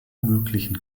möglichen